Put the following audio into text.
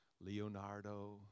Leonardo